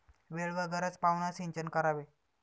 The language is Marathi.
वेळ व गरज पाहूनच सिंचन करावे